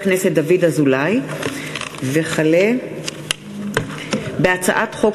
פ/1204/19 וכלה בהצעת חוק